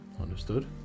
understood